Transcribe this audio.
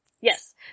Yes